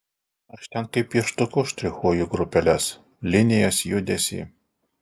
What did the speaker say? aš ten kaip pieštuku štrichuoju grupeles linijas judesį